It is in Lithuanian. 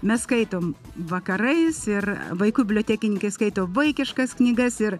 mes skaitom vakarais ir vaikų bibliotekininkės skaito vaikiškas knygas ir